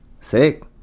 Sick